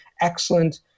excellent